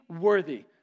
worthy